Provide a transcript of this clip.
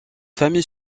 famille